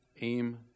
Aim